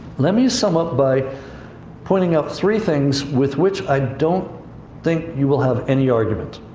let me sum up by pointing out three things with which i don't think you will have any argument.